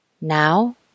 Now